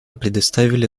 предоставили